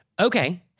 Okay